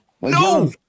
No